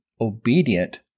obedient